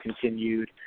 continued